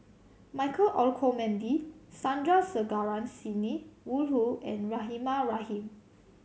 Michael Olcomendy Sandrasegaran Sidney Woodhull and Rahimah Rahim